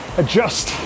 adjust